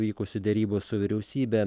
vykusių derybų su vyriausybe